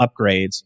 upgrades